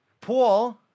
Paul